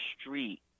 street